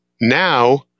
now